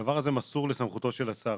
הדבר הזה מסור לסמכותו של השר,